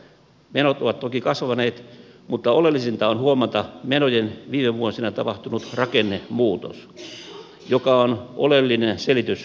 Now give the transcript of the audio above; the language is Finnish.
menot ovat toki kasvaneet mutta oleellisinta on huomata menojen viime vuosina tapahtunut rakennemuutos joka on oleellinen selitys menojen kasvulle